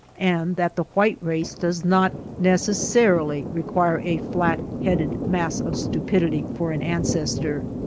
and that the white race does not necessarily require a flat headed mass of stupidity for an ancestor.